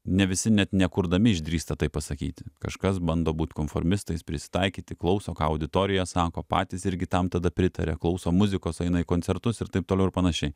ne visi net nekurdami išdrįsta taip pasakyti kažkas bando būt komformistais prisitaikyti klauso ką auditorija sako patys irgi tam tada pritaria klauso muzikos eina į koncertus ir taip toliau ir panašiai